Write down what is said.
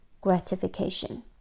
gratification